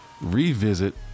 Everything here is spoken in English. revisit